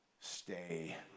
stay